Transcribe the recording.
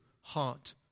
heart